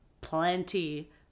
plenty